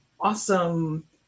awesome